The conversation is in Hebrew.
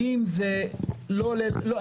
האם זה לא עולה לא,